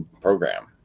program